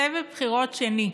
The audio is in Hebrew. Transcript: בסבב הבחירות השני,